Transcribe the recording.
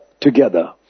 Together